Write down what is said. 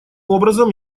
образом